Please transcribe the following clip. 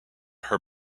her